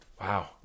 wow